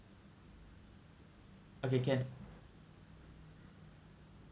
okay can